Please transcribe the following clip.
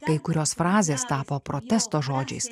kai kurios frazės tapo protesto žodžiais